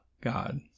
God